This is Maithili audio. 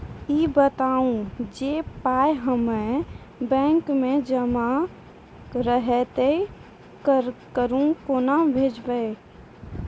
ई बताऊ जे पाय हमर बैंक मे जमा रहतै तऽ ककरो कूना भेजबै?